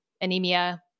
anemia